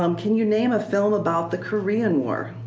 um can you name a film about the korean war?